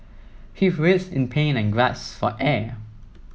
he writhed in pain and gasped for air